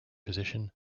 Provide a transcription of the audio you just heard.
position